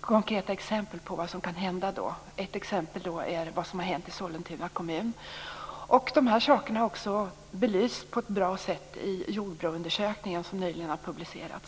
konkreta exempel på vad som kan hända. Ett sådant är det som har hänt i Sollentuna kommun. Dessa frågor har belysts på ett bra sätt i Jordbroundersökningen, som nyligen har publicerats.